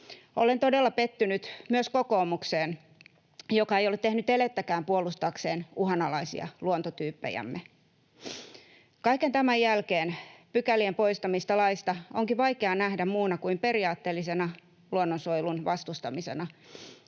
Olen todella pettynyt myös kokoomukseen, joka ei ole tehnyt elettäkään puolustaakseen uhanalaisia luontotyyppejämme. Kaiken tämän jälkeen pykälien poistamista laista onkin vaikea nähdä muuna kuin periaatteellisena luonnonsuojelun vastustamisena,